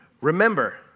remember